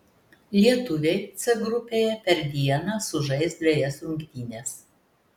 lietuviai c grupėje per dieną sužais dvejas rungtynes